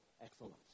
excellence